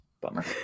Bummer